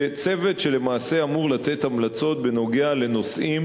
וזה צוות שלמעשה אמור לתת המלצות בנוגע לנושאים